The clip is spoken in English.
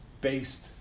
based